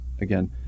again